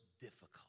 difficult